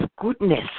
goodness